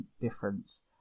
difference